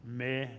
med